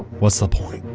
what's the point?